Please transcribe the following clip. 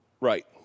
right